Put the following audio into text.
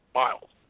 miles